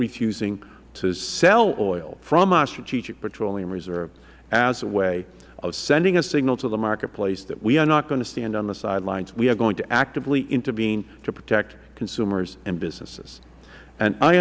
refusing to sell oil from our strategic petroleum reserve as a way of sending a signal to the marketplace that we are not going to stand on the sidelines we are going to actively intervene to protect consumers and businesses and i